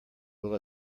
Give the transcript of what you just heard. will